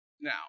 Now